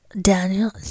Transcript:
Daniel